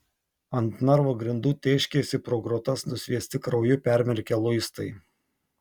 ant narvo grindų tėškėsi pro grotas nusviesti krauju permirkę luistai